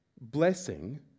Blessing